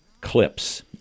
Clips